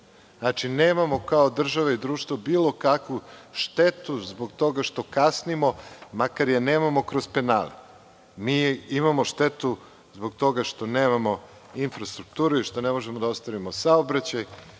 nemamo kao država i društvo bilo kakvu štetu zbog toga što kasnimo, makar je namamo kroz penale. Mi imamo štetu zbog toga što nemamo infrastrukturu i što ne možemo da ostvarimo saobraćaj,